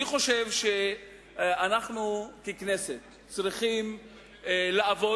אני חושב שאנחנו ככנסת צריכים לעבוד